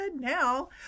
now